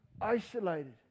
isolated